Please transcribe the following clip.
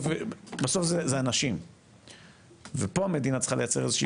בסוף זה אנשים ופה המדינה צריכה לייצר איזושהי